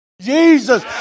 Jesus